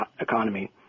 economy